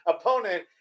opponent